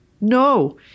no